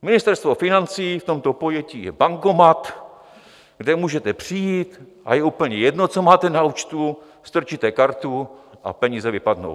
Ministerstvo financí v tomto pojetí je bankomat, kde můžete přijít a je úplně jedno, co máte na účtu, strčíte kartu a peníze vypadnou.